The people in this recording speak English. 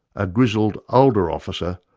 a grizzled older officer,